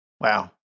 Wow